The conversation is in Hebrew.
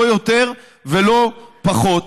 לא יותר ולא פחות.